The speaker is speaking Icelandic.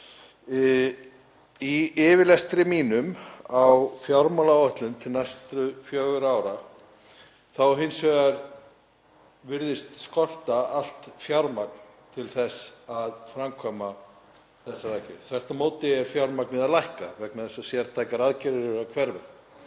Í yfirlestri mínum á fjármálaáætlun til næstu fjögurra ára þá virðist mér hins vegar skorta allt fjármagn til þess að framkvæma þessar aðgerðir. Þvert á móti er fjármagnið að lækka vegna þess að sértækar aðgerðir eru að hverfa